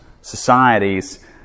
societies